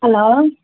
hello